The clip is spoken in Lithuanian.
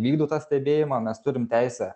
vykdo tą stebėjimą mes turim teisę